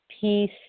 peace